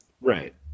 Right